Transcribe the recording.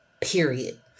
period